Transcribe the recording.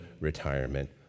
retirement